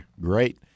Great